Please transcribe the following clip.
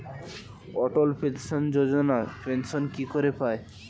অটল pension Yojana pension কি করে পায়?